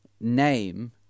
name